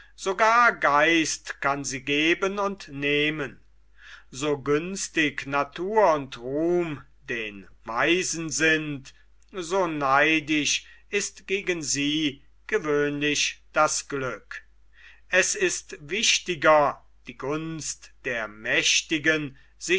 sogar geist kann sie geben und nehmen so günstig natur und ruhm den weisen sind so neidisch ist gegen sie gewöhnlich das glück es ist wichtiger sich die gunst der mächtigen